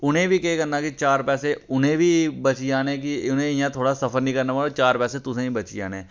उनेंई बी केह् करना कि चार पैसे उनें बी बची जाने कि उनें इ'यां थोह्ड़ा सफर नी करना पौना चार पैसे तुसें बची जाने